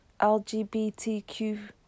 LGBTQ